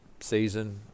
Season